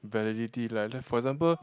validity like for example